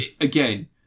again